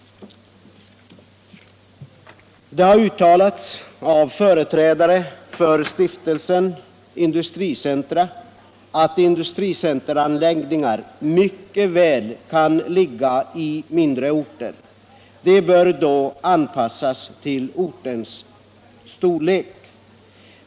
Det har uttalats av företrädare för Stiftelsen Industricentra att industricenteranläggningar mycket väl kan ligga i mindre orter. De bör då anpassas till ortens storlek.